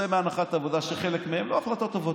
צא מהנחת עבודה שחלק מהן לא החלטות טובות.